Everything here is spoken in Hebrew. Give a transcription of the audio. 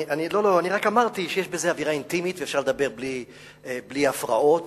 אני רק אמרתי שיש בזה אווירה אינטימית ואפשר לדבר בלי הפרעות